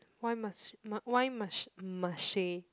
why must why must Marche